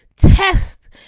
Test